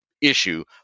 issue